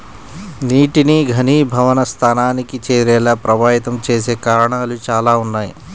నీటిని ఘనీభవన స్థానానికి చేరేలా ప్రభావితం చేసే కారణాలు చాలా ఉన్నాయి